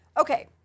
Okay